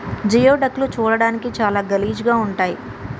geoduck లు చూడడానికి చాలా గలీజ్ గా ఉంటయ్